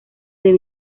del